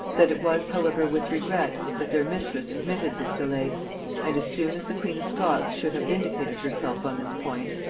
that it was however with regret that their mistress admitted this delay and as soon as the queen of scots should have vindicated herself on this point,